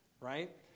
right